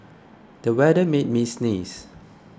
the weather made me sneeze